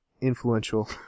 influential